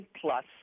Plus